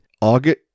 August